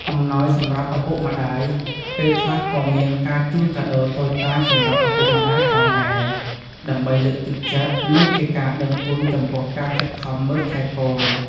អំណោយសម្រាប់ឪពុកម្ដាយ: ពេលខ្លះក៏មានការជូនកាដូតូចតាចសម្រាប់ឪពុកម្តាយផងដែរ ដើម្បីលើកទឹកចិត្ត និងជាការដឹងគុណចំពោះការខិតខំមើលថែកូន។